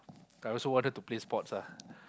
I also want her to play sports ah